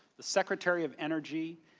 the secretary of energy.